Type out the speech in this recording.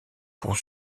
pour